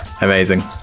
Amazing